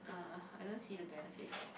uh I don't see the benefits